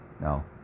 No